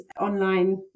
online